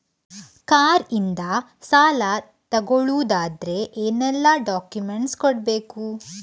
Car ಇಂದ ಸಾಲ ತಗೊಳುದಾದ್ರೆ ಏನೆಲ್ಲ ಡಾಕ್ಯುಮೆಂಟ್ಸ್ ಕೊಡ್ಬೇಕು?